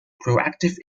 proactive